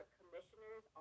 commissioners